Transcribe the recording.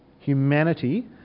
humanity